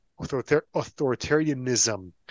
authoritarianism